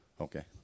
Okay